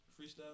freestyle